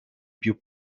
più